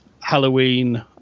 Halloween